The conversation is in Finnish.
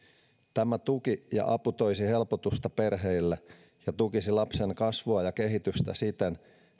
tämä tuki ja apu toisi helpotusta perheille ja tukisi lapsen kasvua ja kehitystä siten